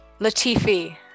Latifi